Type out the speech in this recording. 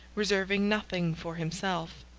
reserving nothing for himself.